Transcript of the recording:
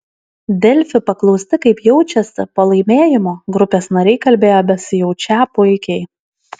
delfi paklausti kaip jaučiasi po laimėjimo grupės nariai kalbėjo besijaučią puikiai